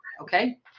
Okay